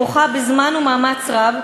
והיא כרוכה בזמן ובמאמץ רב,